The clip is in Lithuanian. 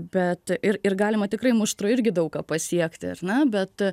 bet ir ir ir galima tikrai muštru irgi daug ką pasiekti ar ne bet